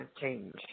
change